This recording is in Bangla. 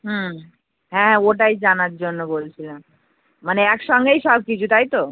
হুম হ্যাঁ ওটাই জানার জন্য বলছিলাম মানে একসঙ্গেই সব কিছু তাই তো